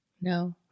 No